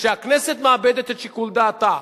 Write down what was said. שכשהכנסת מאבדת את שיקול דעתה,